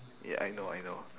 ya I know I know